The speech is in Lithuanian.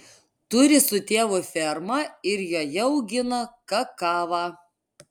turi su tėvu fermą ir joje augina kakavą